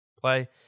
play